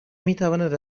میتواند